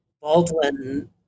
Baldwin